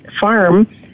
farm